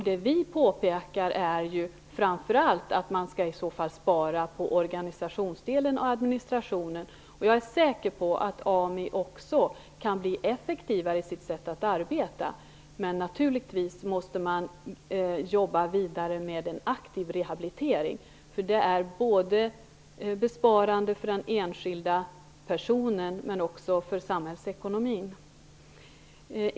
Det vi påpekar är att om man skall spara, så skall man framför allt göra det på organisationsdelen och på administrationen. Jag är säker på att AMI också kan bli effektivare i sättet att arbeta. Men naturligtvis måste man jobba vidare med en aktiv rehabilitering, för det är besparande för både den enskilda personen och samhällsekonomin.